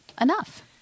enough